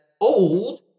old